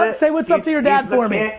and say what's up to your dad for me.